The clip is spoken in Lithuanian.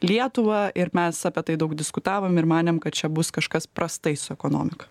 lietuvą ir mes apie tai daug diskutavom ir manėm kad čia bus kažkas prastai su ekonomika